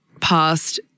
past